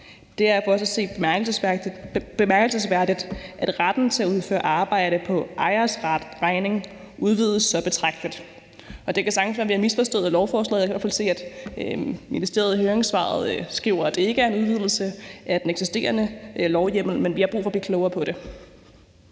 Det er for os at se bemærkelsesværdigt, at retten til at udføre arbejde på ejers regning udvides så betragteligt. Det kan sagtens være, at vi har misforstået lovforslaget. Jeg kan i hvert fald se, at ministeriet i høringssvaret skriver, at det ikke er en udvidelse af den eksisterende lovhjemmel, men vi har brug for at blive klogere på det.